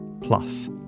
plus